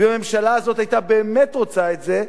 ואם הממשלה הזאת היתה באמת רוצה את זה,